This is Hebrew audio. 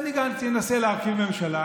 ובני גנץ ינסה להרכיב ממשלה.